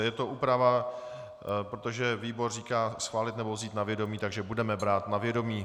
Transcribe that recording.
Je to úprava, protože výbor říká: schválit nebo vzít na vědomí, takže budeme brát na vědomí.